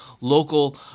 local